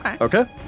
Okay